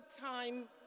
time